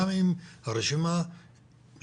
גם אם הרשימה היא 80%,